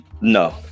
No